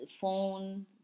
phone